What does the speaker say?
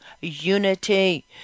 unity